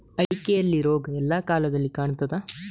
ಅಡಿಕೆಯಲ್ಲಿ ರೋಗ ಎಲ್ಲಾ ಕಾಲದಲ್ಲಿ ಕಾಣ್ತದ?